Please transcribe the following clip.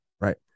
right